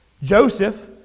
Joseph